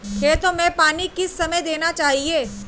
खेतों में पानी किस समय देना चाहिए?